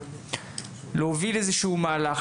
אפשרות להוביל איזשהו מהלך,